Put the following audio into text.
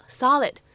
solid